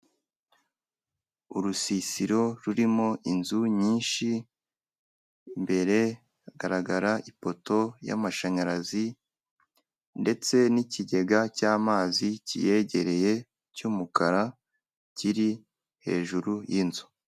Urusisiro rurimo inzu nyinshi, imbere hagaragara ipoto y'amashanyarazi ndetse n'ikigega cy'amazi kiyegereye cy'umukara kiri hejuru y'inzu.